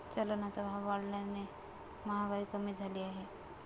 चलनाचा भाव वाढल्याने महागाई कमी झाली आहे